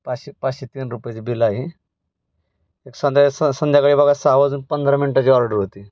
पाचशे पाचशे तीन रुपयाचं बिल आहे एक संध्या स संध्याकाळी बघा सहा वाजून पंधरा मिनिटाची ऑर्डर होती